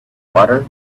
water